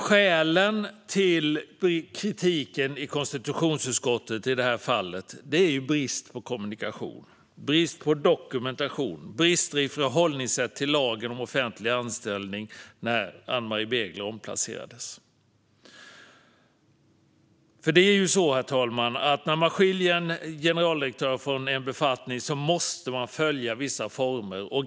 Skälen till kritiken i konstitutionsutskottet i det här fallet är brist på kommunikation, brist på dokumentation och brister i förhållningssättet till lagen om offentlig anställning när Ann-Marie Begler omplacerades. När man skiljer en generaldirektör från en befattning måste man följa vissa former, herr talman.